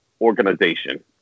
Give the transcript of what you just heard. organization